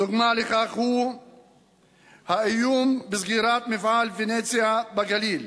דוגמה לכך היא האיום של סגירת מפעל "פניציה" בגליל.